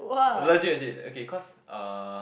legit legit okay cause uh